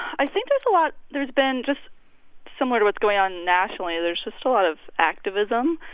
i think there's a lot there's been just similar to what's going on nationally, there's just a lot of activism.